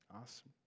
Awesome